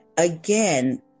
Again